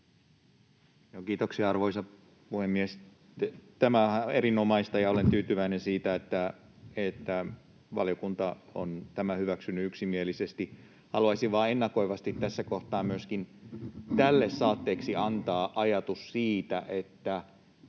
Kiitoksia, arvoisa puhemies! Tämähän on erinomaista, ja olen tyytyväinen siitä, että valiokunta on tämän hyväksynyt yksimielisesti. Haluaisin vain ennakoivasti tässä kohtaa myöskin tälle saatteeksi antaa ajatuksen siitä, että